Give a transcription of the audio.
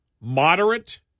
Moderate